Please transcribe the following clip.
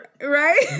right